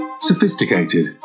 Sophisticated